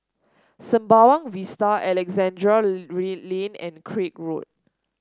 Sembawang Vista Alexandra Lane and Craig Road